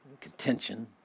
contention